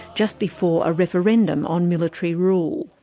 just before a referendum on military rule.